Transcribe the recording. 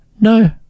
No